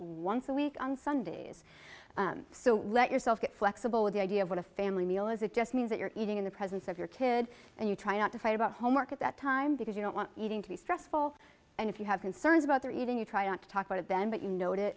once a week on sundays so let yourself get flexible with the idea of what a family meal is it just means that you're eating in the presence of your kid and you try not to fight about homework at that time because you don't want eating to be stressful and if you have concerns about their eating you try to not talk about it then but you know what it